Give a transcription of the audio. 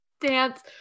dance